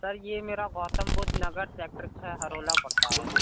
سر یہ میرا گوتم بدھ نگر سیکٹر چھ ہرولہ پڑتا ہے